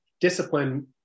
discipline